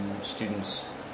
students